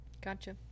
Gotcha